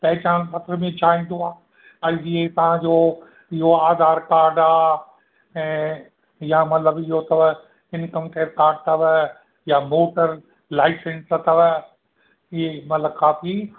पहचान पत्र में छा ईंदो आहे ऐं जीअं ई तव्हांजो इहो आधार काड आहे ऐं या मतलबु इहो अथव इनकम टैक काड अथव या वोटर लाइसेंस अथव ई माना काफ़ी